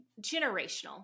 generational